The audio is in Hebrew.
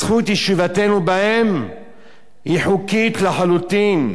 זכות ישיבתנו בהם היא חוקית לחלוטין,